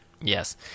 Yes